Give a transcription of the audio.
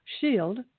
shield